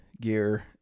gear